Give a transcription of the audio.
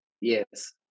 yes